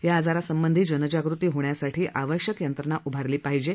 या आजारासंबंधी जनजागृती होण्यासाठी आवश्यक यंत्रणा उभारली पाहिजे